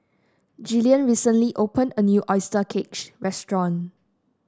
Jillian recently opened a new oyster restaurant